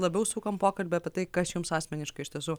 labiau sukam pokalbį apie tai kas jums asmeniškai iš tiesų